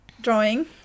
drawing